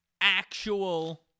actual